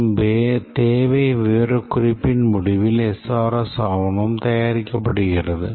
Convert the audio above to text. மற்றும் தேவை விவரக்குறிப்பின் முடிவில் SRS ஆவணம் தயாரிக்கப்படுகிறது